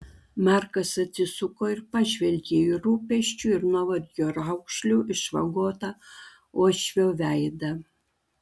markas atsisuko ir pažvelgė į rūpesčių ir nuovargio raukšlių išvagotą uošvio veidą